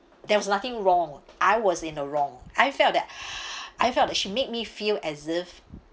there was nothing wrong I was in the wrong I felt that I felt that she make me feel as if